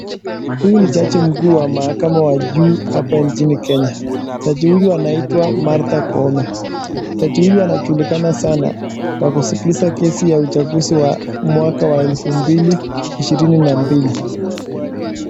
Huyu ni jaji mkuu wa mahakama wa juu hapa nchini Kenya. Jaji huyo anaitwa Martha Koome. Jaji huyo anajulikana sana kwa kusikiza kesi ya uchaguzi wa mwaka wa elfu mbili ishirini na mbili.